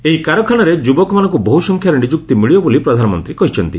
ଏହି କାରଖାନାରେ ଯୁବକମାନଙ୍କୁ ବହୁସଂଖ୍ୟାରେ ନିଯୁକ୍ତି ମିଳିବ ବୋଲି ପ୍ରଧାନମନ୍ତ୍ରୀ କହିଛନ୍ତି